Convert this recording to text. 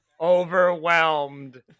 Overwhelmed